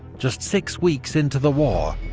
just six weeks into the war,